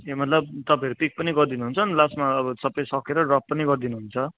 ए मतलब तपाईँहरू पिक पनि गरिदिनुहुन्छ अनि लास्टमा अब सबै सकेर ड्रप पनि गरिदिनुहुन्छ